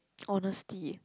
honesty